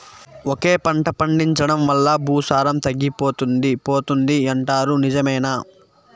ఒకే పంట పండించడం వల్ల భూసారం తగ్గిపోతుంది పోతుంది అంటారు నిజమేనా